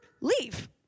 leave